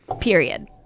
Period